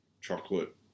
chocolate